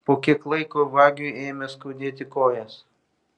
po kiek laiko vagiui ėmė skaudėti kojas